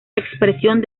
expresión